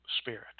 Spirit